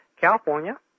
California